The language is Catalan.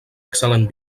excel·lent